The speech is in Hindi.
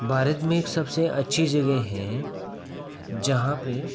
भारत में एक सबसे अच्छी जगह हैं जहाँ पर